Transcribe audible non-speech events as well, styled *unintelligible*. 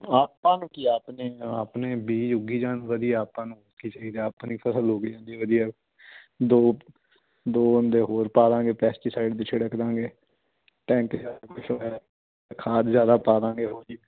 ਆਪਾਂ ਨੂੰ ਕੀ ਆਪਣੇ ਆਪਣੇ ਬੀਜ ਉੱਗੀ ਜਾਣ ਵਧੀਆ ਆਪਾਂ ਨੂੰ ਕਿਸੇ ਦਾ ਆਪਣੀ ਫਸਲ ਉੱਗ ਜਾਂਦੀ ਵਧੀਆ ਦੋ ਦੋ ਬੰਦੇ ਹੋਰ ਪਾ ਲਵਾਂਗੇ ਪੈਸਟੀਸਾਈਡ ਦੇ ਛਿੜਕ ਦੇਵਾਂਗੇ ਟੈਂਕ *unintelligible* ਖਾਦ ਜ਼ਿਆਦਾ ਪਾ ਦਵਾਂਗੇ ਹੋਰ ਕੀ